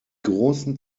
großen